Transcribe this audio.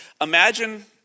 Imagine